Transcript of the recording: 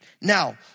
Now